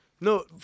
No